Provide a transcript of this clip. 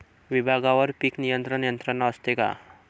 विभागवार पीक नियंत्रण यंत्रणा असते का?